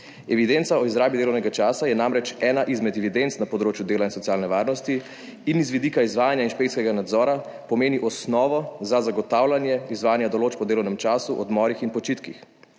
Evidenca o izrabi delovnega časa je namreč ena izmed evidenc na področju dela in socialne varnosti in iz vidika izvajanja inšpekcijskega nadzora pomeni osnovo za zagotavljanje izvajanja določb o delovnem času, odmorih in počitkih.